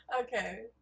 Okay